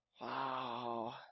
Wow